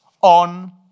on